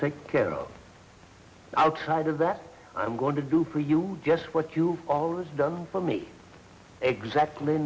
take care of outriders that i'm going to do for you just what you've always done for me exactly